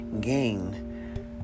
gain